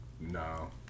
No